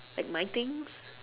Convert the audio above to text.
like my things